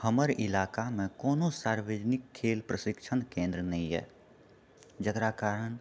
हमर इलाकामे कोनो सार्वजनिक खेल प्रशिक्षण केन्द्र नहि यऽ जकरा कारण